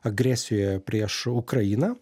agresijoje prieš ukrainą